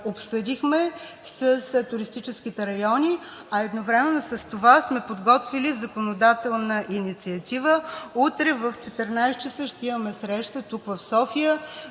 обсъдихме с туристическите райони. Едновременно с това сме подготвили законодателна инициатива – утре в 14,00 ч. ще имаме среща тук, в София,